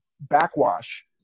Backwash